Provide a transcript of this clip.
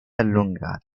allungate